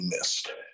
missed